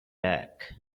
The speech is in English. back